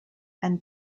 and